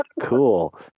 cool